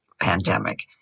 pandemic